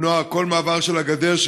למנוע כל מעבר של הגדר,